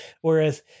Whereas